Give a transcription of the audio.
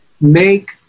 make